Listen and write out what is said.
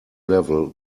level